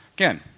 Again